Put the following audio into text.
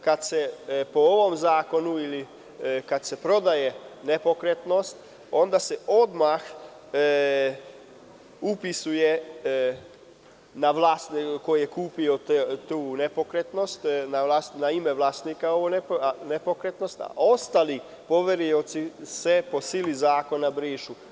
Kada se po ovom zakonu ili kada se prodaje nepokretnost, onda se odmah upisuje vlasnik koji je kupio tu nepokretnost, upisuje se ime vlasnika nepokretnosti, a ostali poverioci se po sili zakona brišu.